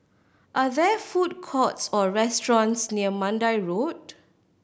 are there food courts or restaurants near Mandai Road